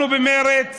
אנחנו במרצ